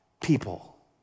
people